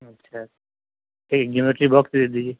اچھا ایک geometry box دے دیجئے